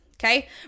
Okay